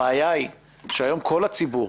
הבעיה היא שהיום לכל הציבור,